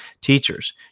Teachers